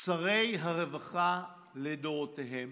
שרי הרווחה לדורותיהם